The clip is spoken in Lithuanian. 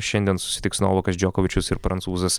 šiandien susitiks novakas džokovičius ir prancūzas